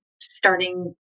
starting